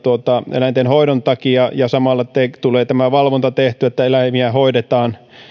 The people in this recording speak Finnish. eläinten hoidon takia ja samalla tulee tämä valvonta tehtyä että eläimiä hoidetaan